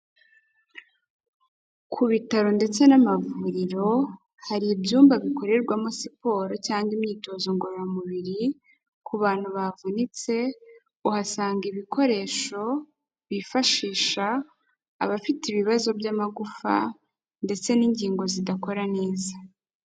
Ku bitaro ndetse n'amavuriro hari ibyumba bikorerwamo siporo cyangwa imyitozo ngororamubiri, ku bantu bavunitse uhasanga ibikoresho bifashisha, abafite ibibazo by'amagufa ndetse n'ingingo zidakora neza.